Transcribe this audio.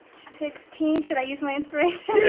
sixteen. should i use my inspiration? yeah